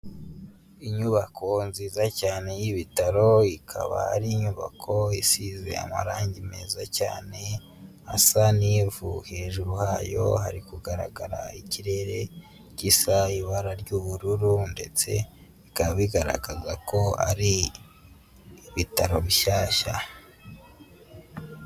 Inyubako nziza cyane y'ibitaro, ikaba ari inyubako isize amarangi meza cyane asa n'ivu, hejuru hayo hari kugaragara ikirere gisa ibara ry'ubururu ndetse bikaba bigaragaza ko ari ibitaro bishyashya.